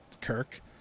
kirk